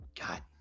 God